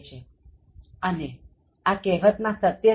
અને આ કહેવત માં સત્ય છે